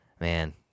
Man